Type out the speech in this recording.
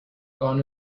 gone